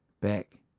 back